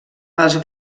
els